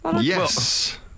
Yes